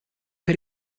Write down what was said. per